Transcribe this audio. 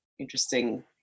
interesting